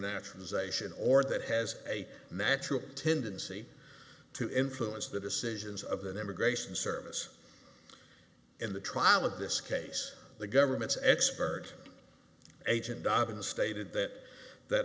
naturalization or that has a natural tendency to influence the decisions of an immigration service in the trial of this case the government's expert agent dobbins stated that that